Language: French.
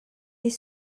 est